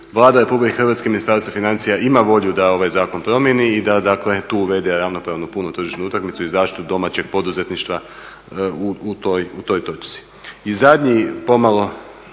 Vlada Republike Hrvatske i Ministarstvo financija ima volju da ovaj zakon promijeni i da, dakle tu uvede ravnopravnu punu tržišnu utakmicu i zaštitu domaćeg poduzetništva u toj točci.